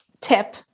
tip